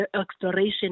exploration